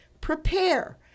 Prepare